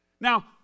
Now